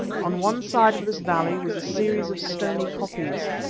on one side of this valley was a series of stony koppies,